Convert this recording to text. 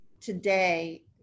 today